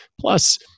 Plus